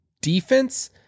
defense